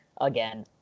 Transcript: again